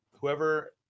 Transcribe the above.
whoever